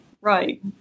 Right